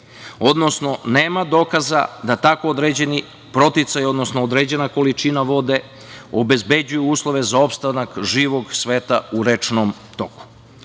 odnosno nema dokaza da tako određeni proticaj, odnosno određena količina vode obezbeđuje uslove za opstanak živog sveta u rečnom toku.